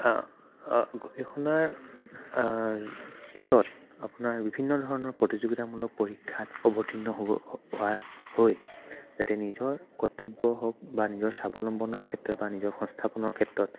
গৱেষণাৰ পিছত আপোনাৰ বিভিন্ন ধৰণৰ প্ৰতিযোগীতামূলক পৰীক্ষাত অৱতীৰ্ণ হোৱা হৈ যাতে নিজৰ কৰ্তব্য হওক বা নিজৰ স্বাৱলম্বনৰ ক্ষেত্ৰত বা নিজৰ সংস্থাপনৰ ক্ষেত্ৰত